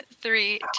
three